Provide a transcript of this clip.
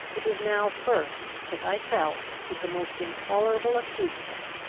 it was now first, that i felt, with the most intolerable acuteness,